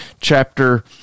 chapter